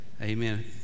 Amen